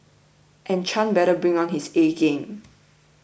and Chan better bring on his A game